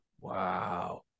Wow